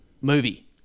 movie